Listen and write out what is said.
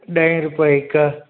ॾहे रूपिये हिक